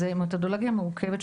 זו מתודולוגיה מורכבת,